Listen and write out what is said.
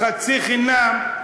"חצי חינם",